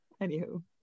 Anywho